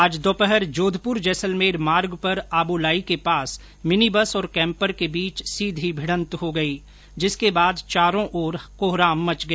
आज दोपहर जोधपुर जैसलमेर मार्ग पर आबोलाई के पास मिनी बस और कैम्पर के बीच सीधी भिड़त हो गई जिसके बाद चारों ओर कोहराम मच गया